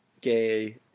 Gay